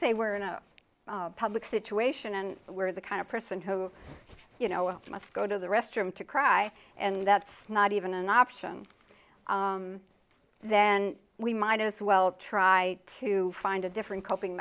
say we're in a public situation and we're the kind of person who you know must go to the restroom to cry and that's not even an option then we might as well try to find a different coping